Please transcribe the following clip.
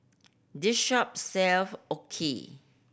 this shop sell Okayu